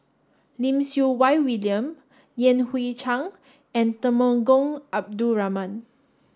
Lim Siew Wai William Yan Hui Chang and Temenggong Abdul Rahman